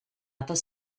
other